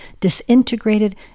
disintegrated